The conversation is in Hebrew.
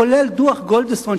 כולל דוח גולדסטון,